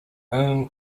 own